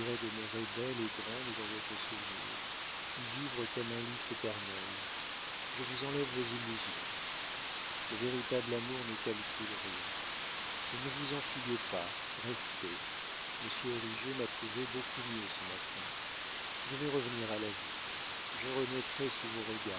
demeurer belle et grande dans votre souvenir y vivre comme un lys éternel je vous enlève vos illusions le véritable amour ne calcule rien mais ne vous enfuyez pas restez monsieur origet m'a trouvée beaucoup mieux ce matin je vais revenir à la vie je renaîtrai sous vos regards